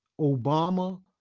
Obama